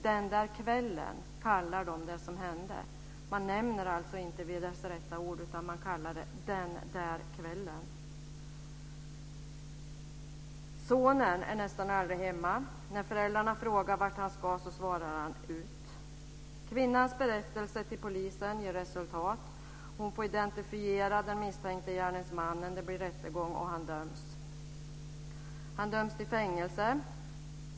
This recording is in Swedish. Den där kvällen, kallar de det som hände. Man nämner det alltså inte vid dess rätta ord, utan kallar det "den där kvällen". Sonen är nästan aldrig hemma. När föräldrarna frågar vart han ska, svarar han: Ut. Kvinnans berättelse till polisen ger resultat. Hon får identifiera den misstänkte gärningsmannen. Det blir rättegång och han döms till fängelse.